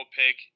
pick